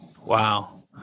Wow